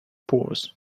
pours